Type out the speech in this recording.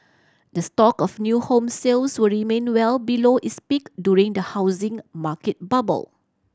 the stock of new home sales will remain well below its peak during the housing market bubble